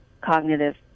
cognitive